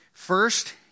First